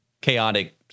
chaotic